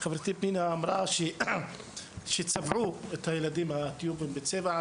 חברתי פנינה אמרה שצבעו את הילדים האתיופים בצבע.